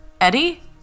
Eddie